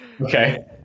Okay